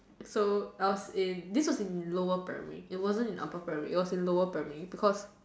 so I was in this was in lower primary it wasn't in upper primary it was in lower primary because